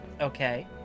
Okay